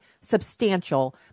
substantial